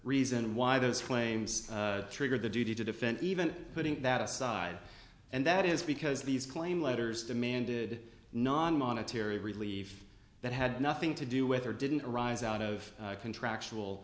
reason why those claims triggered the duty to defend even putting that aside and that is because these claim letters demanded non monetary relief that had nothing to do with or didn't arise out of contractual